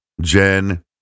Jen